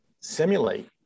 simulate